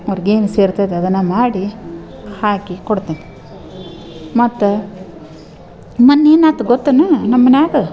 ಅವ್ರ್ಗೇನು ಸೇರ್ತದೆ ಅದನ್ನು ಮಾಡಿ ಹಾಕಿ ಕೊಡ್ತೇನೆ ಮತ್ತು ಮೊನ್ ಏನಾತು ಗೊತ್ತೇನು ನಮ್ಮ ಮನ್ಯಾಗೆ